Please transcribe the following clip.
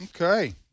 Okay